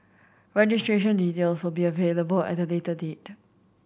registration details will be available at a later date